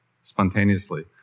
spontaneously